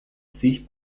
sich